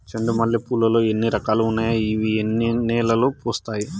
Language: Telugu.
చెండు మల్లె పూలు లో ఎన్ని రకాలు ఉన్నాయి ఇవి ఎన్ని నెలలు పూస్తాయి